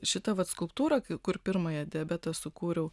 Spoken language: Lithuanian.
šitą vat skulptūrą kur pirmąją diabeto sukūriau